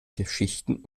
geschichten